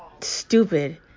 stupid